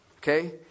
Okay